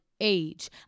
age